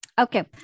Okay